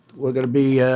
we're going to be yeah